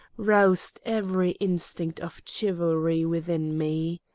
roused every instinct of chivalry within me.